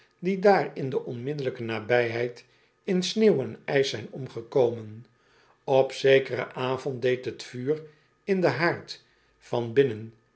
die daar in de onmiddellijke nabijheid in sneeuw en ijs zijn omgekomen op zekeren avond deod t vuur in den haard